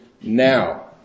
now